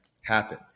happen